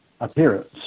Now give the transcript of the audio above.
appearance